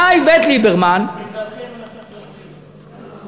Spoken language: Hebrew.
ראה איווט ליברמן, בגללכם אנחנו אוכלים אותה.